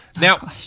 Now